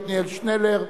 עתניאל שנלר,